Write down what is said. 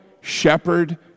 shepherd